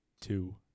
two